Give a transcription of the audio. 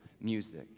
Music